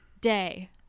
Day